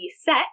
set